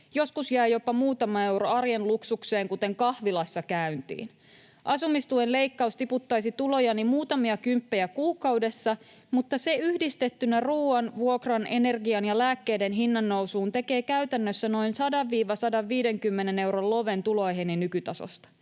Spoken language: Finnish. Joskus jää jopa muutama euro arjen luksukseen, kuten kahvilassa käyntiin. Asumistuen leikkaus tiputtaisi tulojani muutamia kymppejä kuukaudessa, mutta se yhdistettynä ruuan, vuokran, energian ja lääkkeiden hinnan nousuun tekee käytännössä noin 100—150 euron loven tuloihini nykytasosta.